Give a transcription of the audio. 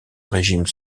régime